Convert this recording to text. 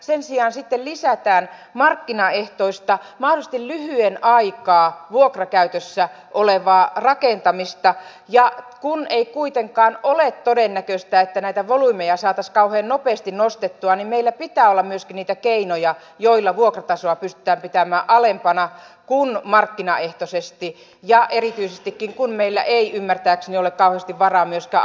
sen sijaan lisätään markkinaehtoista mahdollisesti lyhyen aikaa vuokrakäytössä olevaa rakentamista ja kun ei kuitenkaan ole todennäköistä että näitä volyymeja saataisiin kauhean nopeasti nostettua niin meillä pitää olla myöskin niitä keinoja joilla vuokratasoa pystytään pitämään alempana kuin markkinaehtoisesti ja erityisestikin kun meillä ei ymmärtääkseni ole kauheasti varaa myöskään asumistukea nostaa